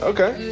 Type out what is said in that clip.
Okay